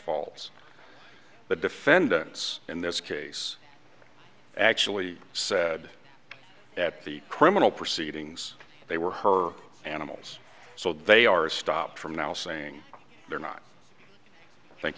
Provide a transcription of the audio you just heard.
false the defendants in this case actually said that the criminal proceedings they were her animals so they are stopped from now saying they're not